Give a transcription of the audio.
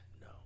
No